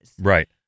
Right